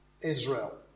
Israel